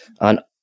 on